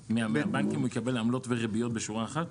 מהבנקים הוא יקבל עמלות וריביות בשורה אחת?